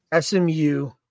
SMU